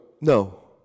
No